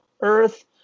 earth